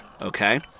okay